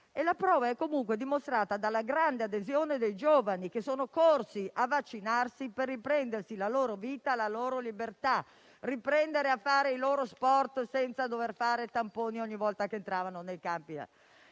La prova è comunque dimostrata dalla grande adesione dei giovani, che sono corsi a vaccinarsi per riprendersi la loro vita, la loro libertà; per riprendere a fare sport senza dover fare tamponi ogni volta che entravano nei campi